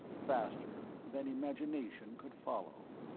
faster than imagination could follow.